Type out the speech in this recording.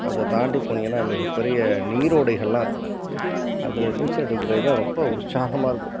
அதைத் தாண்டி போனீங்கன்னால் மிகப் பெரிய நீரோடைகள்லாம் இருக்கும் அதில் நீச்சல் அடிக்கிறது தான் ரொம்ப உற்சாகமாக இருக்கும்